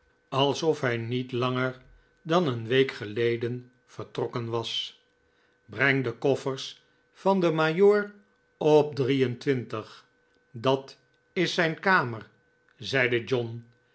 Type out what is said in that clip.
alsof hij niet langer dan een week geleden vertrokken was breng de koffers van den majoor op drie-en-twintig dat is zijn kamer zeide john